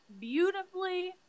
beautifully